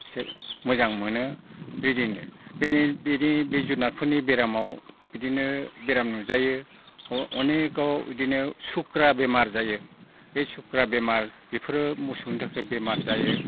एसे मोजां मोनो बिदिनो बिनि बिदि बे जुनादफोरनि बेरामाव बिदिनो बेराम नुजायो अनेखआव बिदिनो सुक्रा बेमार जायो बे सुक्रा बेमार बेफोरो मोसौनि थाखाय बेमार जायो